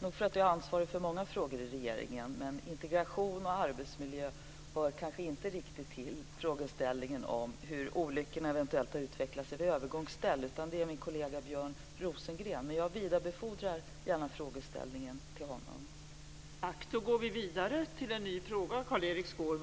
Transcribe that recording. Nog för att jag är ansvarig för många frågor i regeringen, men till integration och arbetsmiljö hör kanske inte riktigt frågeställningen om hur olyckorna eventuellt har utvecklat sig vid övergångsställen. Det är min kollega Björn Rosengrens område. Men jag vidarebefordrar gärna frågeställningen till honom.